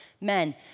men